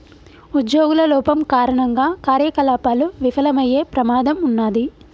ఉజ్జోగుల లోపం కారణంగా కార్యకలాపాలు విఫలమయ్యే ప్రమాదం ఉన్నాది